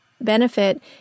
benefit